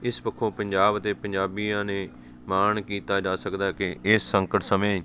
ਇਸ ਪੱਖੋਂ ਪੰਜਾਬ ਦੇ ਪੰਜਾਬੀਆਂ ਨੇ ਮਾਣ ਕੀਤਾ ਜਾ ਸਕਦਾ ਕਿ ਇਸ ਸੰਕਟ ਸਮੇਂ